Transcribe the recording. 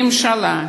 הממשלה,